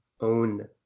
own